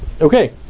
Okay